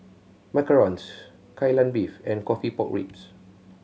macarons Kai Lan Beef and coffee pork ribs